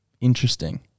interesting